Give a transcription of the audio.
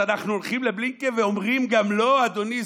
אז אנחנו הולכים לבלינקן ואומרים גם לו: אדוני,